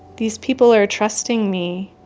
these people are trusting me.